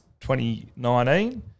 2019